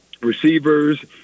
receivers